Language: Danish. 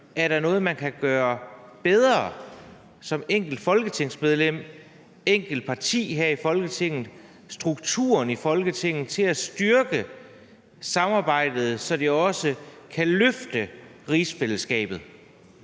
Er der noget, man kan gøre bedre som enkeltfolketingsmedlem, som enkeltparti her i Folketinget i forhold til strukturen i Folketinget for at styrke samarbejdet, så det også kan løfte rigsfællesskabet?